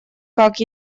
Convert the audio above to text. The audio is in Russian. как